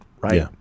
right